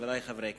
חברי חברי הכנסת,